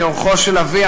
כאורחו של אבי,